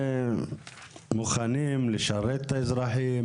אנחנו מוכנים לשרת את האזרחים,